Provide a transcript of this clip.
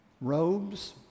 robes